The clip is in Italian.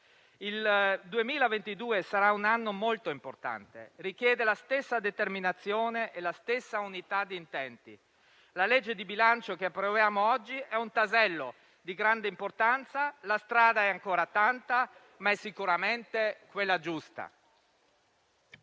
Il 2022 sarà un anno molto importante. Esso richiede la stessa determinazione e la stessa unità di intenti. La legge di bilancio che approviamo oggi è un tassello di grande importanza: la strada è ancora lunga, ma è sicuramente quella giusta.